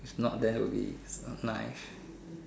if not then will be a knife